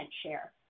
share